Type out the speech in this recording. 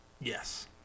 Yes